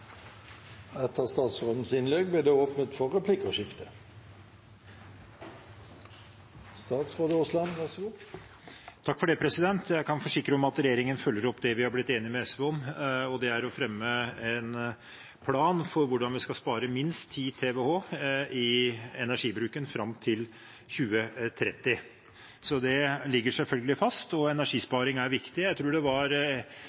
Jeg kan forsikre om at regjeringen følger opp det vi har blitt enige med SV om, og det er å fremme en plan for hvordan vi skal spare minst 10 TWh i energibruken fram til 2030. Det ligger selvfølgelig fast. Energisparing er viktig. Jeg tror det var